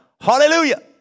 hallelujah